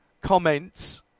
comments